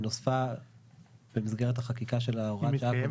היא נוספה במסגרת החקיקה של הוראת השעה.